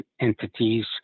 entities